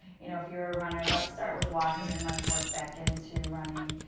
you know if you're a runner, let's start with walking and let's work back into running.